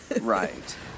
Right